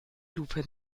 lupe